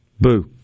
Boo